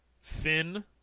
Finn